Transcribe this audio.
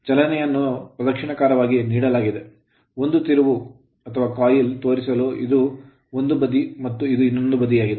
ಚಲನೆಯನ್ನು ಪ್ರದಕ್ಷಿಣಾಕಾರವಾಗಿ ನೀಡಲಾಗಿದೆ ಒಂದು ತಿರುವು coil ಕಾಯಿಲ್ ತೋರಿಸಲು ಇದು coil ಕಾಯಿಲ್ ಒಂದು ಬದಿ ಮತ್ತು ಇದು ಇನ್ನೊಂದು ಬದಿಯಾಗಿದೆ